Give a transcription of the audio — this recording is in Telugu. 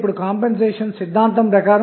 ఇప్పుడు VTh విలువను కనుగొందాము